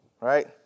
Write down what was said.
right